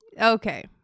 Okay